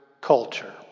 culture